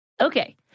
Okay